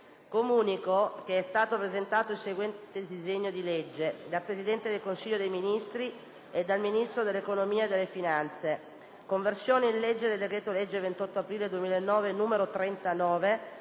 Comunico che è stato presentato il seguente disegno di legge: *dal Presidente del Consiglio dei ministri e dal Ministro dell'economia e delle finanze*: «Conversione in legge del decreto-legge 28 aprile 2009, n. 39,